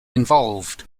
involved